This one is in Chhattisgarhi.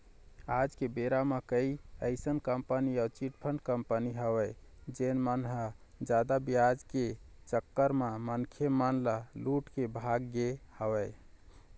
आज के बेरा म कई अइसन कंपनी अउ चिटफंड कंपनी हवय जेन मन ह जादा बियाज दे के चक्कर म मनखे मन ल लूट के भाग गे हवय